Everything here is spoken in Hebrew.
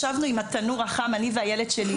ישבנו עם התנור החם אני והילד שלי.